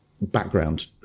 background